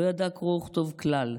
לא ידע קרוא וכתוב כלל.